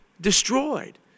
destroyed